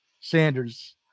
Sanders